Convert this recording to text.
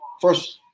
first